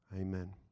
Amen